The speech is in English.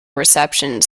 receptions